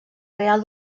real